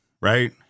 Right